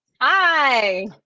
Hi